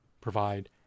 provide